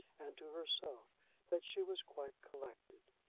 and to herself that she was quite collected.